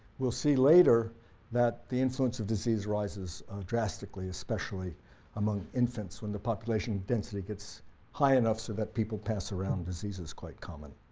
we'll see later that the influence of diseases rises drastically, especially among infants, when the population density gets high enough so that people pass around disease is quite common.